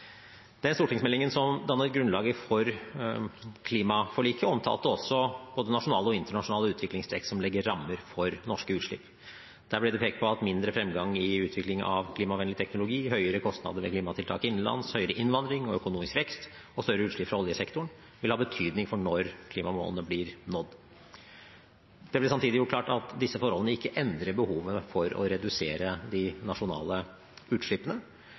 Den stortingsmeldingen som danner grunnlaget for klimaforliket, omtalte også både nasjonale og internasjonale utviklingstrekk som legger rammer for norske utslipp. Der ble det pekt på at mindre fremgang i utvikling av klimavennlig teknologi, høyere kostnader ved klimatiltak innenlands, høyere innvandring og økonomisk vekst og større utslipp fra oljesektoren vil ha betydning for når klimamålene blir nådd. Det ble samtidig gjort klart at disse forholdene ikke endrer behovet for å redusere de nasjonale utslippene.